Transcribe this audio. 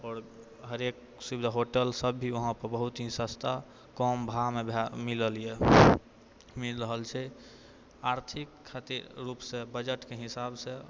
आओर हरेक सु होटल सब भी वहाँपर बहुत ही सस्ता कम भावमे मिलल यऽ मिल रहल छै आर्थिक खातिर रुपसँ बजटके हिसाबसँ